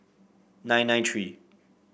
nine nine three